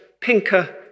pinker